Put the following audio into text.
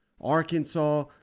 Arkansas